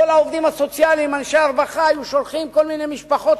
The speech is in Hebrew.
כל העובדים הסוציאליים ואנשי הרווחה היו שולחים כל מיני משפחות.